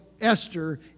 Esther